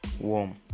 warm